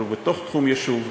אבל הוא בתוך תחום יישוב,